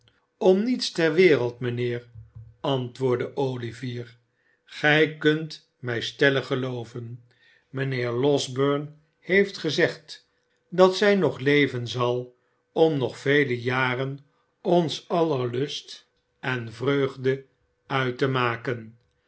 om niets ter wereld mijnheer antwoordde olivier gij kunt mij stellig gelooven mijnheer losberne heeft gezegd dat zij nog leven zal om nog vele jaren ons aller lust en vreugde uit te maken